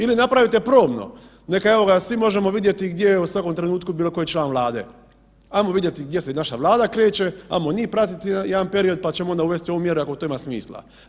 Ili napravite probno, neka evo ga svi možemo vidjeti je u svakom trenutku bilo koji član Vlade, ajmo vidjeti gdje se naša Vlada kreće, ajmo njih pratiti jedan period, pa ćemo onda uvesti ovu mjeru ako to ima smisla.